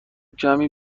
کمی